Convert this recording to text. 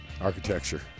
Architecture